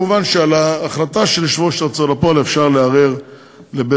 מובן שעל ההחלטה של יושב-ראש ההוצאה לפועל אפשר לערער לבית-המשפט.